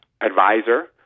advisor